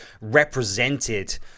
represented